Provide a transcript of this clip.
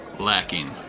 Lacking